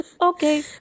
Okay